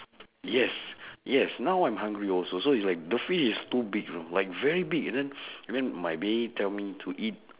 yes yes now I'm hungry also so is like the fish is too big you know like very big and then then my bae tell me to eat